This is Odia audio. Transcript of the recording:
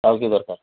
ଆଉ କି ଦରକାର